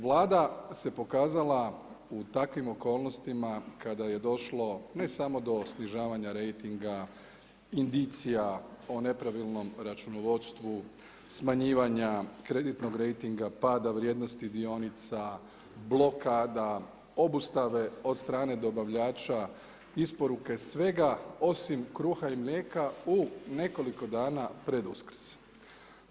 Vlada se pokazala u takvim okolnostima kada je došlo ne samo do snižavanja rejtinga, indicija o nepravilnom računovodstvu, smanjivanja kreditnog rejtinga, pada vrijednosti dionica, blokada, obustave od strane dobavljača, isporuke svega osim kruha i mlijeka u nekoliko dana pred Uskrs.